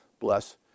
bless